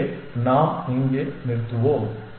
எனவே நாம் இங்கே நிறுத்துவோம்